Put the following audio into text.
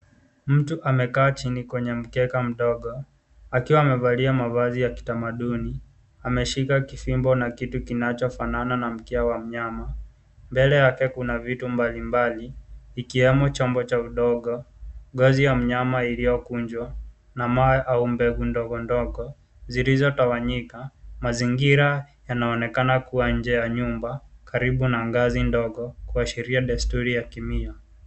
Mtu amekaa chini kwenye mkeka ndogo, akiwa amevalia mavazi ya kitamaduni. Ameshika fimbo na kitu kinachofanana na mkia wa mnyama. Mbele yake kuna vitu mbalimbali ikiwemo chombo cha udongo, ngozi ya mnyama iliyokunjwa na mawe au mbegu ndogo zilizotawanyika. Mazingira yanaonekana kuwa nje ya nyumba karibu na ngazi ndogo, kuashiria desturi ya kimila.